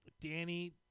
Danny